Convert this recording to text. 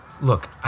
look